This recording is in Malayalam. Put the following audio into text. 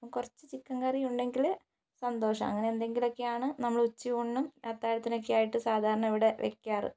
കുറച്ച് ചിക്കൻ കറി ഉണ്ടെങ്കിൽ സന്തോഷമാണ് അങ്ങനെ എന്തെങ്കിലുമൊക്കെയാണ് നമ്മൾ ഉച്ചയൂണിനും അത്താഴത്തിനൊക്കെയായിട്ട് സാധാരണ ഇവിടെ വയ്ക്കാറ്